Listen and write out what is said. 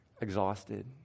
exhausted